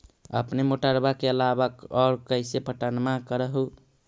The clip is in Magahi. अपने मोटरबा के अलाबा और कैसे पट्टनमा कर हू?